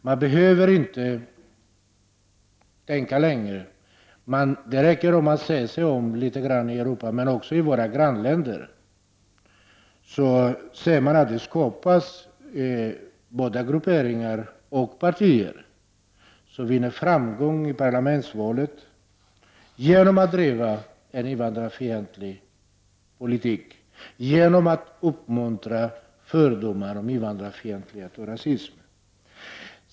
Man behöver inte gå så långt, det räcker om man bara ser sig om litet grand i Europa och i våra grannländer för att se olika grupperingar av partier skapas som vinner framgång i parlamentsval genom att de driver en invandrarfientlig politik och uppmuntrar fördomar om invandrare och rasism.